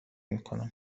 میکنم